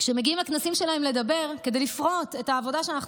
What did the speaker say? כשמגיעים לכנסים שלהם לדבר כדי לפרוט את העבודה שאנחנו